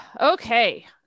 okay